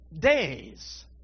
days